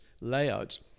layouts